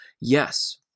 Yes